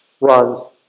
runs